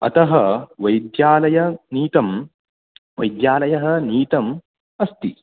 अतः वैद्यालयनीतं वैद्यालयः नितम् अस्ति